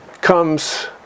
comes